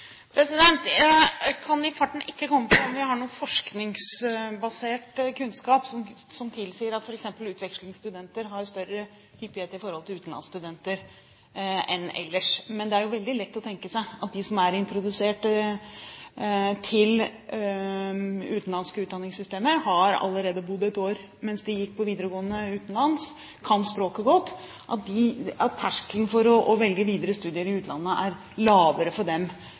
Jeg kan i farten ikke komme på om vi har noen forskningsbasert kunnskap som tilsier at f.eks. utvekslingsstudenter har større hyppighet når det gjelder utenlandsstudier enn andre. Men det er jo veldig lett å tenke seg at for dem som er introdusert til utenlandske utdanningssystemer, som altså allerede har bodd ett år mens de gikk på videregående, utenlands, og kan språket godt, er terskelen for å velge videre studier i utlandet lavere enn for